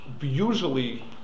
Usually